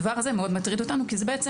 הדבר הזה מאוד מטריד אותנו כי זה בעצם